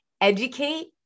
educate